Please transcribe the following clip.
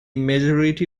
majority